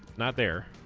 not there